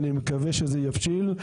אני מקווה שזה יבשיל,